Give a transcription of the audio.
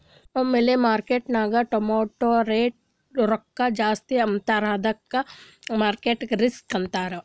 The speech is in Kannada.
ಒಮ್ಮಿಲೆ ಮಾರ್ಕೆಟ್ನಾಗ್ ಟಮಾಟ್ಯ ರೊಕ್ಕಾ ಜಾಸ್ತಿ ಆದುರ ಅದ್ದುಕ ಮಾರ್ಕೆಟ್ ರಿಸ್ಕ್ ಅಂತಾರ್